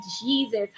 Jesus